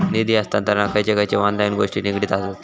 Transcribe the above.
निधी हस्तांतरणाक खयचे खयचे ऑनलाइन गोष्टी निगडीत आसत?